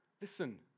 listen